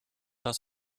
das